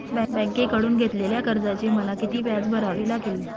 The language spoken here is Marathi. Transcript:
बँकेकडून घेतलेल्या कर्जाचे मला किती व्याज भरावे लागेल?